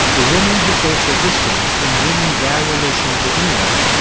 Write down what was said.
the woman who faced resistance in bringing variolation to england,